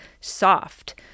soft